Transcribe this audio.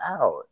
out